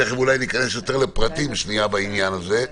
ותיכף אולי ניכנס יותר לפרטים בעניין הזה,